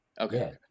Okay